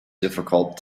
difficult